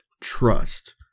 trust